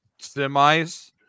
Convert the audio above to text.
semis